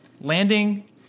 landing